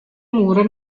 mura